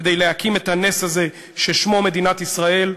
כדי להקים את הנס הזה ששמו מדינת ישראל,